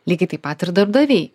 lygiai taip pat ir darbdaviai